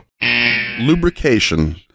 Lubrication